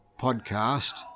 podcast